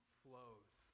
flows